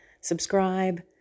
subscribe